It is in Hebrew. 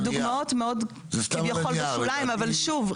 זה דוגמאות מאוד כביכול בשוליים אבל שוב,